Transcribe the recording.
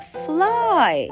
fly